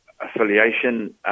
Affiliation